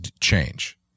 change